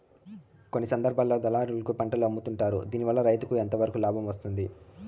కొన్ని సందర్భాల్లో దళారులకు పంటలు అమ్ముతుంటారు దీనివల్ల రైతుకు ఎంతవరకు లాభం వస్తుంది?